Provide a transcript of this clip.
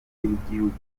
y’igihugu